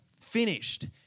finished